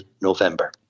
November